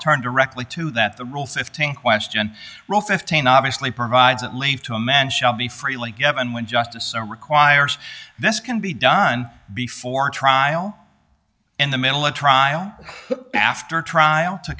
turned director to that the rule fifteen question rule fifteen obviously provides at least to a man shall be freely given when justice requires this can be done before trial in the middle of trial after trial to